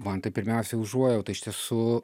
man tai pirmiausia užuojauta iš tiesų